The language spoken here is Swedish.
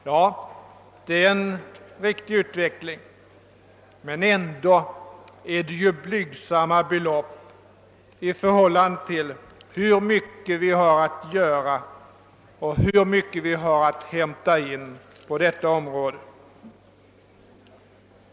Ja, det är en riktig utveckling, men ändå är det blygsamma belopp i förhållande till hur mycket vi har att göra och till hur mycket vi har att hämta in på detta område.